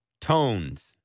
tones